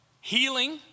healing